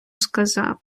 сказав